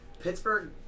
Pittsburgh